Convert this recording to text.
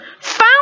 found